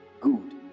Good